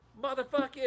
motherfucking